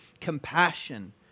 compassion